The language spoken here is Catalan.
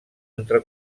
entre